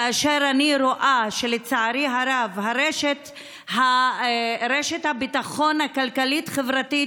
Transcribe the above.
כאשר אני רואה שלצערי הרב רשת הביטחון הכלכלית-חברתית,